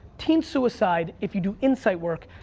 teen suicide, if you do insight work,